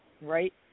right